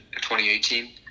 2018